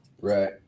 Right